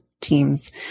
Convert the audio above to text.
teams